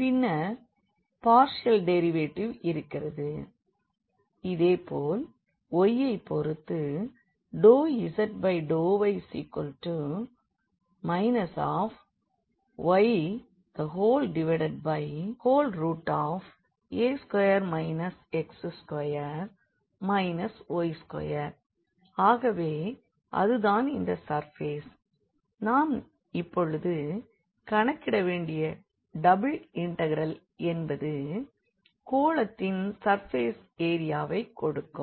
பின்னர் partial derivative இருக்கிறது இதேபோல் y ஐ பொறுத்து ∂z∂y ya2 x2 y2 ஆகவே அது தான் அந்த சர்ஃபேஸ் நாம் இப்பொழுது கணக்கிட வேண்டிய டபிள் இண்டெக்ரல் என்பது கோளத்தின் சர்ஃபேஸ் ஏரியாவை கொடுக்கும்